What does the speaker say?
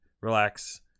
relax